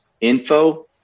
Info